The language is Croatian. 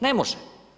Ne može.